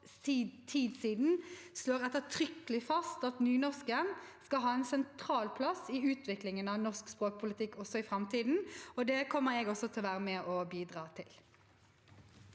slår ettertrykkelig fast at nynorsken skal ha en sentral plass i utviklingen av norsk språkpolitikk også i framtiden, og det kommer jeg til å være med og bidra til.